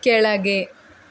ಕೆಳಗೆ